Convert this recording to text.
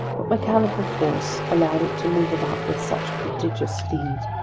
what mechanical force allowed it to move about with such prodigious speed?